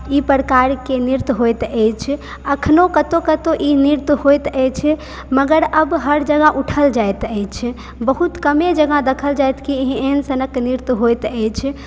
ई प्रकार के नृत्य होइत अछि अखनो कतौ कतौ ई नृत्य होइत अछि मगर अब हर जगह उठल जाइत अछि बहुत कमे जगह देखल जाइत कि एहन सनक नृत्य होइत अछि